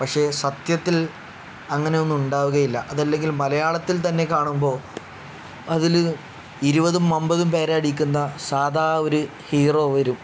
പക്ഷേ സത്യത്തിൽ അങ്ങനെ ഒന്നും ഉണ്ടാവുകയില്ല അത് അല്ലെങ്കിൽ മലയാളത്തിൽ തന്നെ കാണുമ്പോൾ അതിൽ ഇരുപതും ഒൻപതും പേരെ അടിക്കുന്ന സാധാ ഒരു ഹീറോ വരും